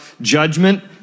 judgment